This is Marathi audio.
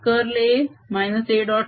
कर्लA - A